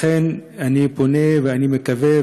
לכן אני פונה ואני מקווה,